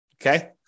okay